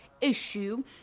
issue